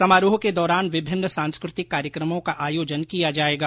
समारोह के दौरान विभिन्न सांस्कृतिक कार्यक्रमों का आयोजन किया जाएगा